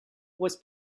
was